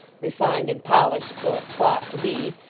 refined and polished though it sought to be,